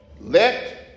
let